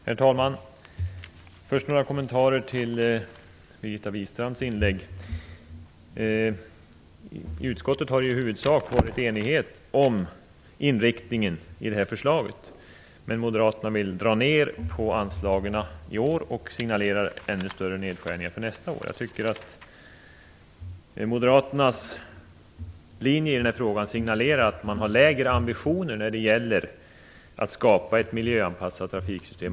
Herr talman! Först vill jag göra några kommentarer till Birgitta Wistrands inlägg. I utskottet har det i huvudsak rått enighet om inriktningen i det här förslaget. Moderaterna vill dock dra ner på anslaget i år och signalerar ännu större nedskärningar för nästa år. Jag tycker att Moderaternas linje i den här frågan signalerar att man har lägre ambitioner när det gäller att skapa ett miljöanpassat trafiksystem.